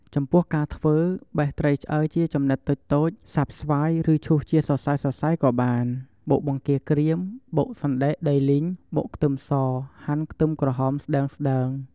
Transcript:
ចំពោះការធ្វើ បេះត្រីឆ្អើរជាចំណិតតូចៗ សាប់ស្វាយឬឈូសជាសសៃៗក៏បាន បុកបង្គារក្រៀម បុកសណ្តែកដីលីង បុកខ្ទឹមស ហាន់ខ្ទឹមក្រហមស្តើងៗ